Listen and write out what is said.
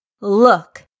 Look